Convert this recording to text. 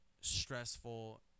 stressful